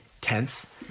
tense